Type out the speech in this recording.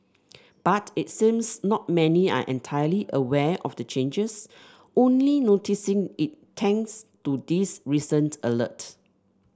but it seems not many are entirely aware of the changes only noticing it thanks to this recent alert